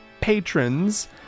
patrons